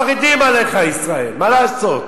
חרדים עליך ישראל, מה לעשות?